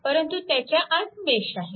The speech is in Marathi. परंतु त्याच्या आत मेश आहे